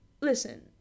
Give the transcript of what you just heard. listen